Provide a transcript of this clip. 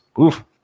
Oof